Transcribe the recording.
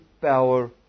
power